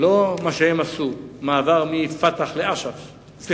לא מה שהם עשו, מעבר מ"פתח" ל"חמאס",